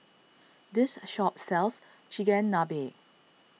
this shop sells Chigenabe